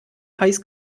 heiß